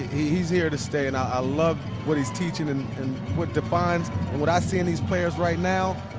he's here to stay. and i i love what he's teaching and what defines and what i see in these players right now,